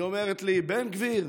היא אומרת לי: בן גביר,